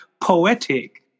poetic